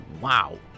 wow